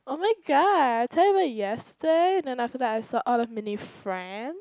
[oh]-my-god I tell you about yester~ and then after that I saw all of Min-Yi friend